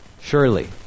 Surely